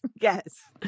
Yes